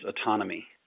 autonomy